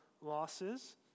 losses